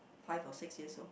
five or six years old